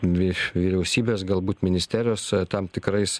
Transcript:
dvi vyriausybės galbūt ministerijos tam tikrais